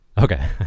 Okay